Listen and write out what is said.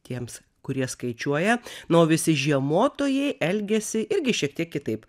tiems kurie skaičiuoja na o visi žiemotojai elgiasi irgi šiek tiek kitaip